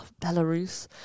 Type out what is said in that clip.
Belarus